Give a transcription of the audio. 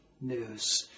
news